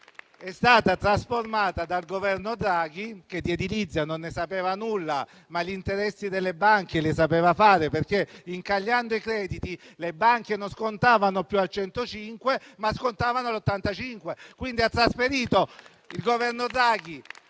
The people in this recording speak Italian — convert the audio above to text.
è stata trasformata dal Governo Draghi, che di edilizia non ne sapeva nulla, ma gli interessi delle banche li sapeva fare, perché, incagliando i crediti, le banche non scontavano più al 105, ma scontavano all'85. Quindi, il Governo Draghi